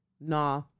nah